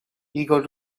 eager